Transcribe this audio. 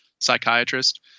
psychiatrist